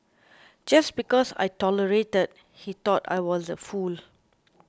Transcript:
just because I tolerated he thought I was a fool